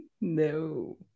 No